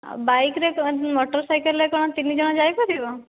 ବାଇକ୍ରେ ମୋଟର୍ ସାଇକେଲରେ କ'ଣ ତିନି ଜଣ ଯାଇପାରିବ